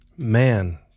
Man